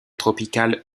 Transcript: tropicale